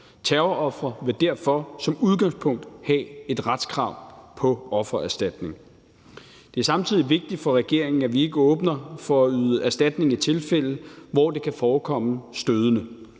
Terrorofre vil derfor som udgangspunkt have et retskrav på offererstatning. Det er samtidig vigtigt for regeringen, at vi ikke åbner for at yde erstatning i tilfælde, hvor det kan forekomme stødende.